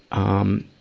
um,